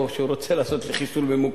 או שהוא רוצה לעשות לי חיסול ממוקד?